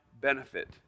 benefit